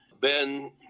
Ben